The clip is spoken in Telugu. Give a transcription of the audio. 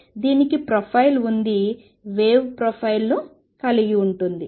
కాబట్టి దీనికి ప్రొఫైల్ ఉంది వేవ్ ప్రొఫైల్ను కలిగి ఉంటుంది